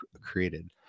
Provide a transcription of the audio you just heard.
created